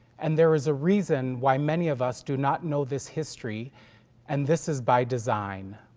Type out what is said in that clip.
and there is a reason why many of us do not know this history and this is by design.